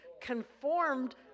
conformed